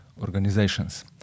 organizations